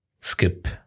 skip